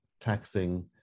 taxing